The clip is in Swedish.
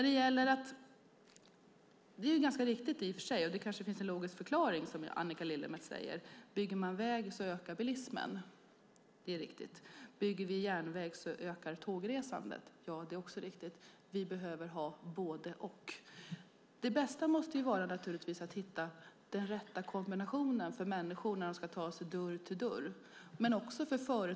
Det är ganska riktigt i och för sig, och det kanske finns en logisk förklaring, som Annika Lillemets säger. Bygger man väg ökar bilismen. Det är riktigt. Bygger vi järnväg ökar tågresandet. Ja, det är också riktigt. Vi behöver ha både och. Det bästa måste naturligtvis vara att hitta den rätta kombinationen för människor när de ska ta sig från dörr till dörr men också för företagen.